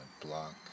block